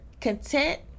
content